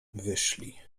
wyszli